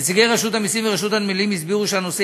נציגי רשות המסים ורשות הנמלים הסבירו שהנושא